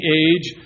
age